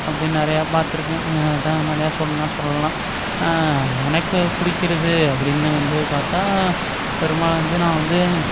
அப்படியே நிறையா பார்த்துருக்கேன் அதாட்டம் நிறைய சொல்லணுன்னா சொல்லலாம் எனக்கு பிடிக்கிறது அப்படின்னு வந்து பார்த்தா பெரும்பாலும் வந்து நான் வந்து